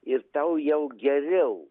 ir tau jau geriau